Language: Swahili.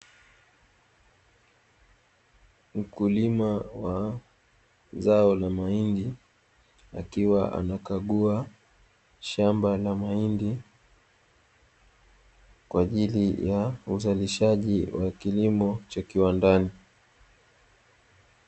Mkulima wa zao la mahindi, akiwa anakagua shamba la mahindi kwa ajili ya uzalishaji wa kilimo cha kiwandani.